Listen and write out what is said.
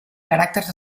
caràcters